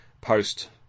post